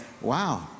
wow